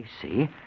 see